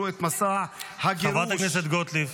את מסע הגירוש ----- חברת הכנסת גוטליב.